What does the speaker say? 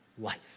life